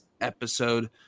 episode